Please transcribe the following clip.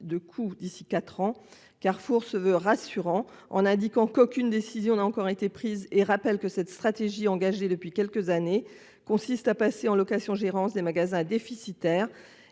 d'ici à quatre ans, Carrefour se veut rassurant en indiquant qu'aucune décision n'a encore été prise. Il rappelle que cette stratégie engagée depuis quelques années, qui consiste à passer en location-gérance des magasins déficitaires,